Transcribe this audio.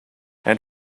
and